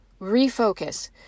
refocus